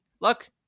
look